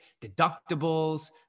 deductibles